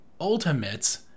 ultimates